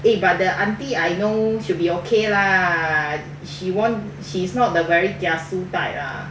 eh but the aunty I know should be okay lah she won~ she is not the very kiasu type lah